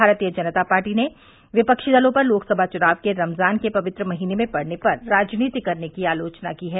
भारतीय जनता पार्टी ने विपक्षी दलों पर लोकसभा चुनाव के रमजान के पवित्र महीने में पड़ने पर राजनीति करने की आलोचना की है